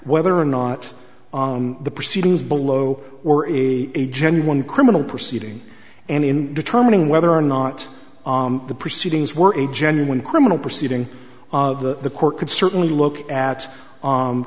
whether or not the proceedings below or is a genuine criminal proceeding and in determining whether or not the proceedings were a genuine criminal proceeding of the court could certainly look at